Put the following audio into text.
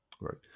Right